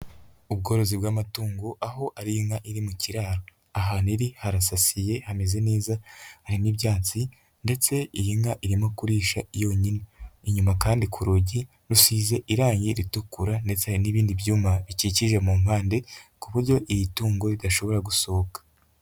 Ubworozi bw'amatungo aho ari inka iri mu kiraro, ahantu iri harasasiye hameze neza hari n'ibyatsi ndetse iyi nka irimo kuririsha yonyine, inyuma kandi ku rugi rusize irangi ritukura ndetse n'ibindi byuma bikikije mu mpande ku buryo iri tungo idashobora gusohoka.